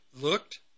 looked